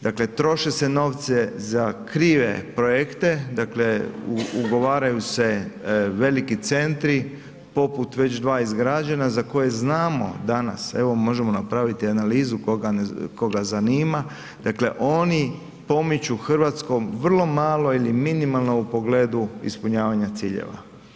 Dakle troše se novci za krive projekte, dakle ugovaraju se veliki centri poput već dva izgrađena za koje znamo danas, evo možemo napraviti analizu koga zanima, dakle oni pomiču Hrvatskom vrlo malo ili minimalno u pogledu ispunjavanja ciljeva.